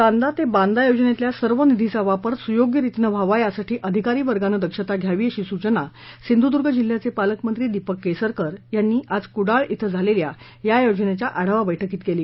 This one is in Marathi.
चांदा ते बांदा योजनेतल्या सर्व निधीचा वापर सुयोग्य रितीने व्हावा यासाठी अधिकारी वर्गान दक्षता घ्यावी अशी सूचना सिंधुर्द्रा जिल्ह्याचे पालकमंत्री दीपक केसरकर यांनी आज कुडाळ इथं झालेल्या योजनेच्या आढावा बैठकीत केली